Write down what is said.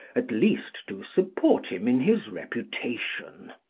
at least to support him in his reputation.